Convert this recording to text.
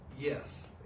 Yes